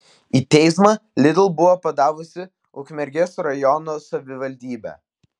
į teismą lidl buvo padavusi ukmergės rajono savivaldybė